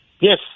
Yes